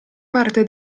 parte